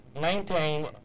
maintain